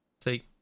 See